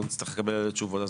אנחנו נצטרך לקבל על זה תשובות,